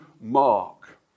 mark